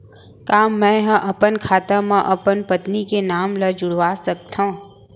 का मैं ह अपन खाता म अपन पत्नी के नाम ला जुड़वा सकथव?